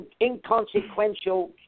inconsequential